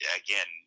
again